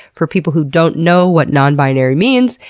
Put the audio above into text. for people who don't know what non-binary means,